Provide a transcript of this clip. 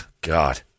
God